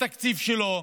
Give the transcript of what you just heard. בתקציב שלו,